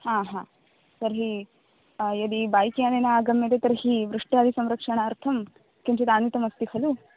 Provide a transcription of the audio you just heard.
हा हा तर्हि यदि बैक् यानेन आगम्यते तर्हि वृष्ट्यादिसंरक्षणार्थं किञ्चिदानीतमस्ति खलु